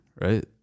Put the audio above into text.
right